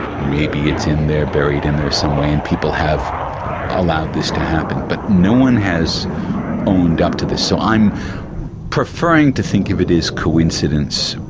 maybe it's in there, buried in there somewhere and people have allowed this to happen. but no one has owned up to this. so i'm preferring to think of it as coincidence,